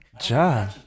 John